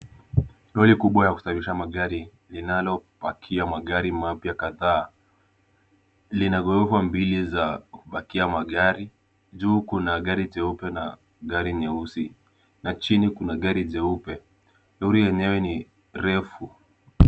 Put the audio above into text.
Lori kubwa la kusafirisha magari linalopakia magari mapya kadhaa ,lina ghorofa mbili za kupakia magari. Juu kuna gari jeupe na gari nyeusi na chini kuna gari jeupe. Lori lenyewe ni refu.